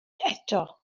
eto